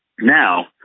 Now